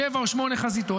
שבע או שמונה חזיתות,